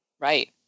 Right